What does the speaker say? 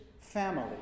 family